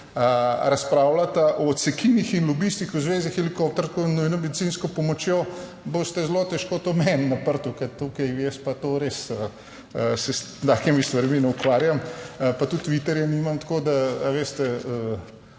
razpravljata o cekinih in lobistih v zvezi s helikoptersko nujno medicinsko pomočjo, boste zelo težko to meni naprtili, ker jaz pa to res se s takimi stvarmi ne ukvarjam, pa tudi Twitterja nimam, tako da. A veste,